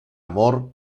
amor